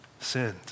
sinned